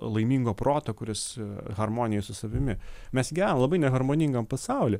laimingo proto kuris harmonijoj su savimi mes gyvenam labai neharmoningam pasauly